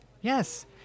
Yes